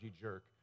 jerk